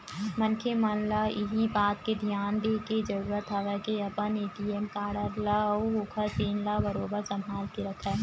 मनखे मन ल इही बात के धियान देय के जरुरत हवय के अपन ए.टी.एम कारड ल अउ ओखर पिन ल बरोबर संभाल के रखय